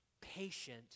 Patient